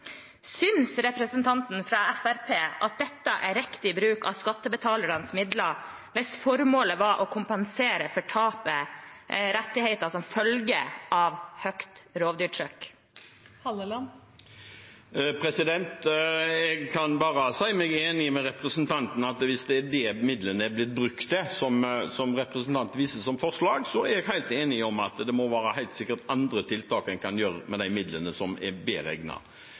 Synes representanten fra Fremskrittspartiet at dette er riktig bruk av skattebetalernes midler, hvis formålet var å kompensere for tapet – rettigheter som følge av høyt rovdyrtrykk? Jeg kan bare si meg enig med representanten i at hvis det er det midlene er blitt brukt til – det som representanten viser til som forslag – er jeg helt enig i at det helt sikkert må være andre tiltak en kan gjøre med de midlene, som er bedre